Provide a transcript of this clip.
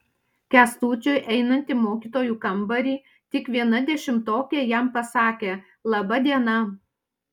kęstučiui einant į mokytojų kambarį tik viena dešimtokė jam pasakė laba diena